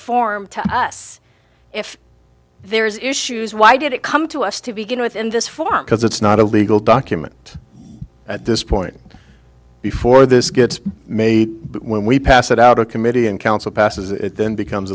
form to us if there is issues why did it come to us to begin with in this form because it's not a legal document at this point before this gets made when we pass it out of committee and council passes it then becomes